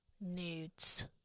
Nudes